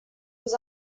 was